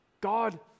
God